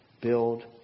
build